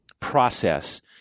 Process